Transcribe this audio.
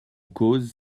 cause